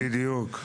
בדיוק.